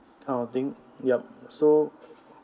kind of thing yup so